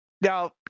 Now